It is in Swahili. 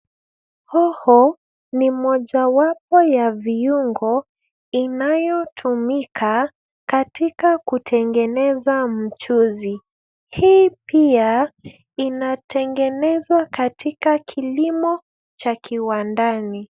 Hoho ni mojawapo ya viungo inayotumika katika kutengeneza mchuzi. Hii pia inatengenezwa katika kilimo cha kiwandani.